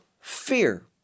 fear